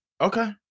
Okay